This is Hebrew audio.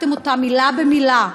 העתקתם אותה מילה במילה.